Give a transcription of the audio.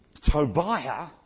Tobiah